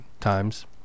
times